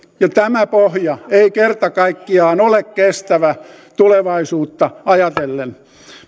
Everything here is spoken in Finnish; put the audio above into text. ja tämä pohja ei kerta kaikkiaan ole kestävä tulevaisuutta ajatellen